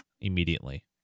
immediately